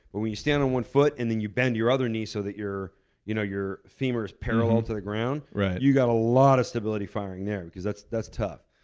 but when you stand on one foot and then you bend your other knee so that your you know your femur is parallel to the ground, you got a lot of stability firing there because that's that's tough.